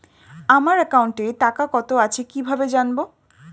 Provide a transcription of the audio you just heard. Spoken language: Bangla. আমার একাউন্টে টাকা কত আছে কি ভাবে জানবো?